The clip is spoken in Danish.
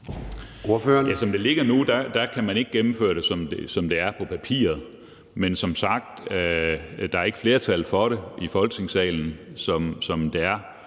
Som det ligger nu, kan man ikke gennemføre det – som det er på papiret. Men som sagt er der ikke flertal for det i Folketingssalen, som det er,